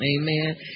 Amen